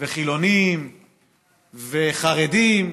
חילונים וחרדים.